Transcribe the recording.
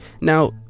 Now